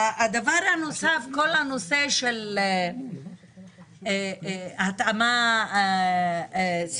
הדבר הנוסף הוא כל הנושא של התאמה שפתית